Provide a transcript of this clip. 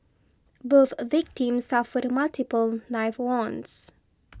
both a victims suffered multiple knife wounds